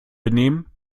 benehmen